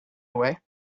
away